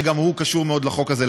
שגם הוא קשור מאוד לחוק הזה,